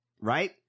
Right